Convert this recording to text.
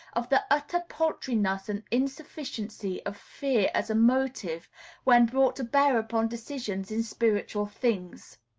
of the utter paltriness and insufficiency of fear as a motive when brought to bear upon decisions in spiritual things.